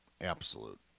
absolute